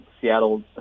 Seattle